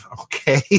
Okay